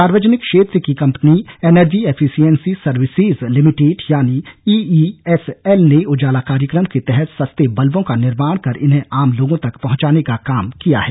सार्वजनिक क्षेत्र की company energy efficiency services limited यानी ईईएसएल ने उजाला कार्यक्रम के तहत सस्ते बल्बों का निर्माण कर इन्हें आम लोगों तक पहुंचाने का काम किया है